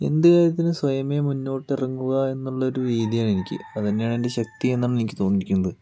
എന്ത് കാര്യത്തിനും സ്വയമേ മുന്നോട്ട് ഇറങ്ങുക എന്നുള്ള ഒരു രീതിയാണെനിക്ക് അത് തന്നെയാണ് എൻ്റെ ശക്തിയെന്നാണ് എനിക്ക് തോന്നിയിരിക്കുന്നത്